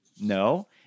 No